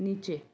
नीचे